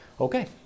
Okay